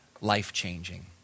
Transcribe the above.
life-changing